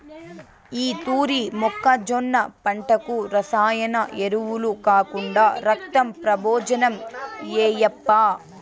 ఈ తూరి మొక్కజొన్న పంటకు రసాయన ఎరువులు కాకుండా రక్తం ప్రబోజనం ఏయప్పా